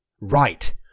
right